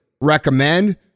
recommend